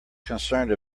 concerned